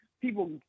people